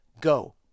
Go